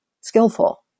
skillful